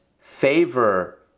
favor